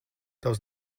tavs